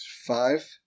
five